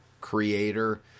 creator